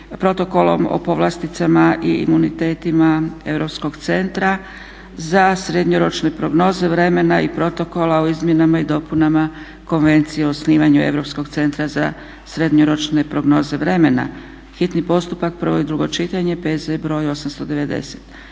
protokolom o povlasticama i imunitetima Europskog centra za srednjoročne prognoze vremena i Protokola o izmjenama i dopunama Konvencije o osnivanju Europskog centra za srednjoročne prognoze vremena, hitni postupak, prvo i drugo čitanje, P.Z. br. 890.